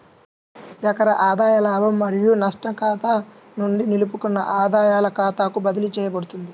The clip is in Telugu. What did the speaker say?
నికర ఆదాయ లాభం మరియు నష్టం ఖాతా నుండి నిలుపుకున్న ఆదాయాల ఖాతాకు బదిలీ చేయబడుతుంది